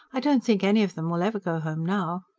i don't think any of them will ever go home now.